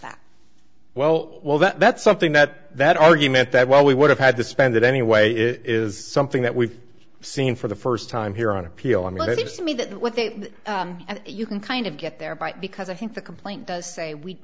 that well well that's something that that argument that well we would have had to spend it anyway it is something that we've seen for the first time here on appealing lips me that what they are and you can kind of get their bite because i think the complaint does say we